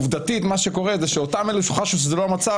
עובדתית מה שקורה זה שאותם אלה שחשו שזה לא המצב,